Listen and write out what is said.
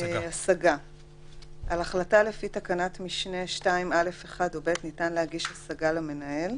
השגה 5. (א)על החלטה לפי תקנת משנה 2(א1) או (ב) ניתן להגיש השגה למנהל,